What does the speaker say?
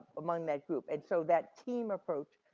among that group, and so that team approach,